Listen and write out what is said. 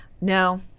No